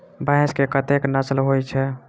भैंस केँ कतेक नस्ल होइ छै?